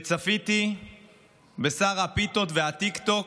וצפיתי בשר הפיתות והטיקטוק